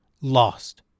lost